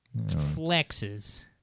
Flexes